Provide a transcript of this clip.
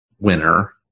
Winner